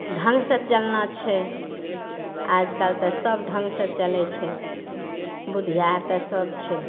ढङ्गसँ चलना छै आजकल तऽ सब ढङ्गसँ चलैत छै बुधिआर तऽ सब छै